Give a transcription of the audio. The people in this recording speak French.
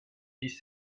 dix